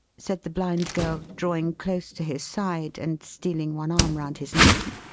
said the blind girl, drawing close to his side, and stealing one arm round his neck